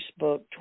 Facebook